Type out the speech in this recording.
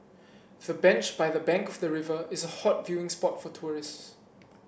the bench by the bank of the river is a hot viewing spot for tourists